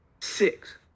Six